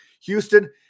Houston